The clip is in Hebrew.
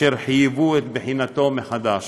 אשר חייבו את בחינתו מחדש,